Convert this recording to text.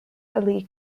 ali